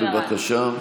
בבקשה.